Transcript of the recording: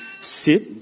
sit